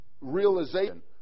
realization